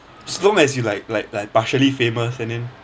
as long as you like like like partially famous and then